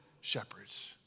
shepherds